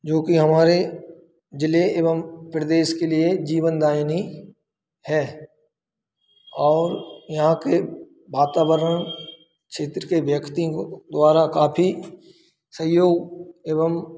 जोकि हमारे ज़िले एवं प्रदेश के लिए जीवनदायिनी है और यहाँ कि वातावरण क्षेत्र के व्यक्तियों द्वारा काफी सहयोग एवं